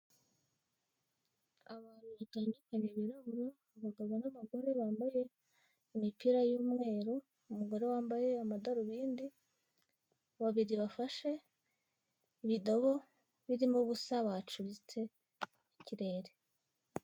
Abantu batandukanye birabura, abagabo n’abagore bambaye imipira y’umweru. Umugore wambaye amadarubindi babiri bafashe ibidobo birimo ubusa bacuritse ikirere.